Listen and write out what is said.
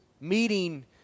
meeting